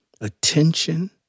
attention